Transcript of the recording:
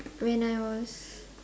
when I was